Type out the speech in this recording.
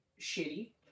shitty